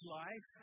life